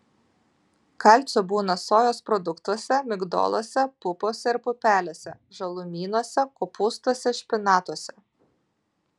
kalcio būna sojos produktuose migdoluose pupose ir pupelėse žalumynuose kopūstuose špinatuose